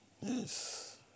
Yes